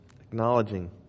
Acknowledging